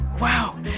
Wow